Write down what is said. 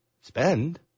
spend